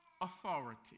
authority